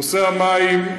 נושא המים.